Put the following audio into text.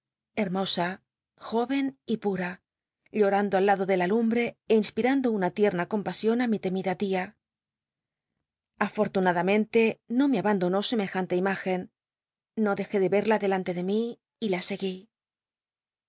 hermosa jóven y pura lloando al lado de a lumbre é inspirando una tierna compasioil á mi temida tia afortunadamente no me abandonó semejan le imágcn no dejé de r crla delante de mí y la seguí